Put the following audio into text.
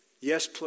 Yes